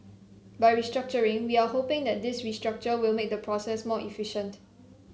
by restructuring we are hoping that this restructure will make the process more efficient